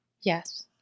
Yes